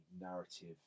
narrative